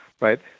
right